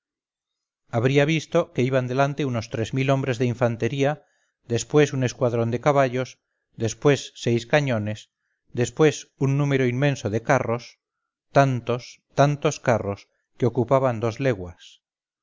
habría visto que iban delante unos tres mil hombres de infantería después un escuadrón de caballos después seis cañones después un número inmenso de carros tantos tantos carros queocupaban dos leguas